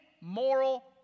moral